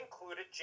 included